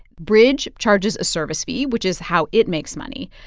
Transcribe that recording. bridge charges a service fee, which is how it makes money.